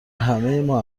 همهما